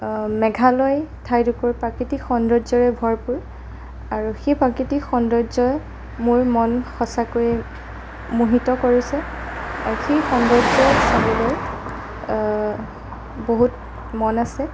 মেঘালয় ঠাই টুকুৰ প্ৰাকৃতিক সৌন্দৰ্যৰে ভৰপূৰ আৰু সেই প্ৰাকৃতিক সৌন্দৰ্যই মোৰ মন সঁচাকৈয়ে মোহিত কৰিছে সেই সৌন্দৰ্য চাবলৈ বহুত মন আছে